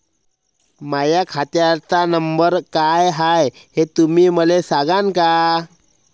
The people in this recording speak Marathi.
माह्या खात्याचा नंबर काय हाय हे तुम्ही मले सागांन का?